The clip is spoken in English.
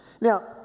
Now